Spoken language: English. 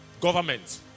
government